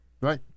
Right